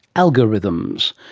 algorithms.